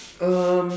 um